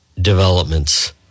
developments